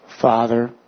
Father